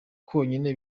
konyine